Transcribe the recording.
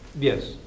Yes